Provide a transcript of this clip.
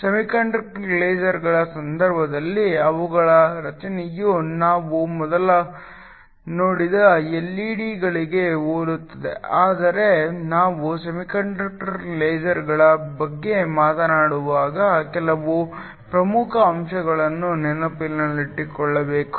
semiconductor ಲೇಸರ್ಗಳ ಸಂದರ್ಭದಲ್ಲಿ ಅವುಗಳ ರಚನೆಯು ನಾವು ಮೊದಲು ನೋಡಿದ ಎಲ್ಇಡಿಗಳಿಗೆ ಹೋಲುತ್ತದೆ ಆದರೆ ನಾವು ಸೆಮಿಕಂಡಕ್ಟರ್ ಲೇಸರ್ಗಳ ಬಗ್ಗೆ ಮಾತನಾಡುವಾಗ ಕೆಲವು ಪ್ರಮುಖ ಅಂಶಗಳನ್ನು ನೆನಪಿನಲ್ಲಿಡಬೇಕು